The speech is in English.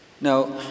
Now